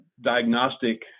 diagnostic